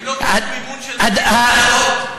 הם לא קיבלו מימון של מדינות זרות.